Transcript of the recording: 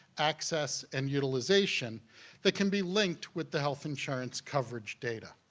access, and utilization that can be linked with the health insurance coverage data.